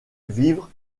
vivre